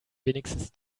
wenigstens